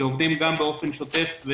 שעובדים גם באופן שוטף,